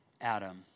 Adam